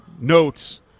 notes